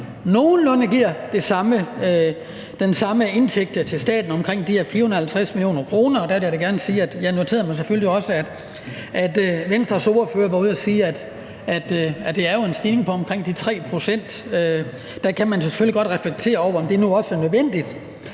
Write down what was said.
nogenlunde giver de samme indtægter til staten, altså omkring de her 450 mio. kr. Der vil jeg da gerne sige, at jeg selvfølgelig også noterede mig, at Venstres ordfører var ude at sige, at det jo er en stigning på omkring de 3 pct., og man kan selvfølgelig godt reflektere over, om det nu også er nødvendigt.